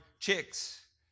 Chicks